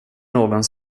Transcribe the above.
någon